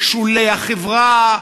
שולי החברה,